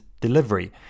delivery